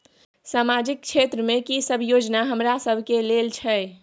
सामाजिक क्षेत्र में की सब योजना हमरा सब के लेल छै?